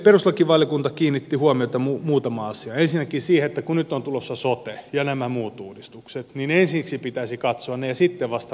perustuslakivaliokunta kiinnitti huomiota muutamaan asiaan ensinnäkin siihen että kun nyt on tulossa sote ja nämä muut uudistukset niin ensiksi pitäisi katsoa ne ja sitten vasta rahoitusjärjestelmä